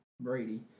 Brady